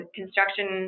construction